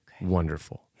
wonderful